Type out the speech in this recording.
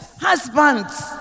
Husbands